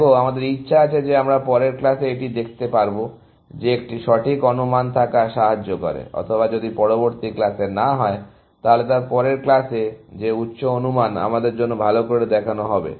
দেখো আমাদের ইচ্ছা আছে যে আমরা পরের ক্লাসে এটি দেখতে পারবো যে একটি সঠিক অনুমান থাকা সাহায্য করে অথবা যদি পরবর্তী ক্লাসে না হয় তাহলে তার পরের ক্লাসে যে উচ্চ অনুমান আমাদের জন্য ভাল করে দেখানো যাবে